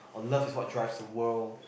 or love is what drives the world